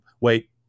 wait